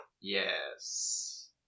Yes